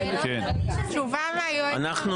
לקבל תשובה מהיועצת המשפטית?